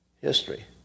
History